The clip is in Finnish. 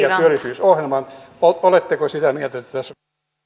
ja työllisyysohjelman oletteko sitä mieltä että